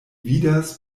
vidas